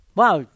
wow